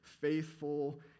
faithful